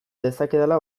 dezakedala